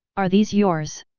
are these yours?